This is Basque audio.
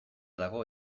dago